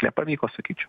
nepavyko sakyčiau